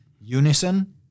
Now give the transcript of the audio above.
unison